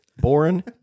Boring